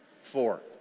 Four